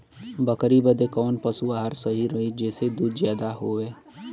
बकरी बदे कवन पशु आहार सही रही जेसे दूध ज्यादा होवे?